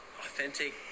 authentic